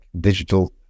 digital